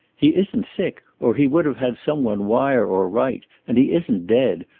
he isn't sick, or he would have had some one wire or write, and he isn't dead,